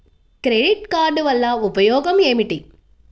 Credit card వల్ల ఉపయోగం ఏమిటీ?